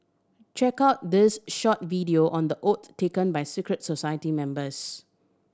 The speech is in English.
check out this short video on the oath taken by secret society members